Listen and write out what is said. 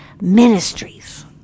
ministries